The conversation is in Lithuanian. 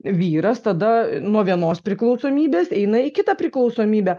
vyras tada nuo vienos priklausomybės eina į kitą priklausomybę